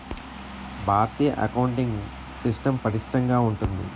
భారతీయ accounting system పటిష్టంగా ఉంటుంది